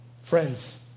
Friends